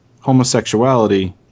homosexuality